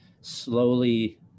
slowly